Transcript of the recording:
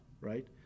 right